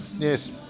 Yes